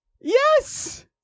yes